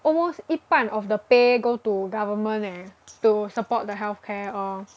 almost 一半 of the pay go to government eh to support the health care all